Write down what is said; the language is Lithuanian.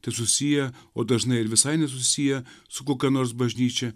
tesusiję o dažnai ir visai nesusiję su kokia nors bažnyčia